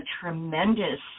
tremendous